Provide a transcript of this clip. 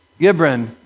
Gibran